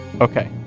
Okay